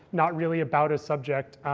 not really about a subject.